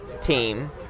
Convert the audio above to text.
team